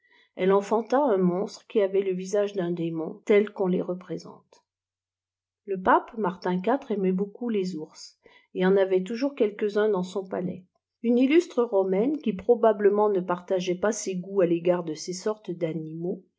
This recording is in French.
elle enfanta un monstre qui avait le visage d'un démoui tel qu'on les représente le pape martin iv aimait beaucoup le ours et en avait toujours quelques-uns dans son palais une illustre romaine qui probablement ne partageait pas ses coûts à l'égard de ces sortes d'animaux